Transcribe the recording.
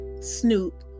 Snoop